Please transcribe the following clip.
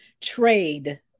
trade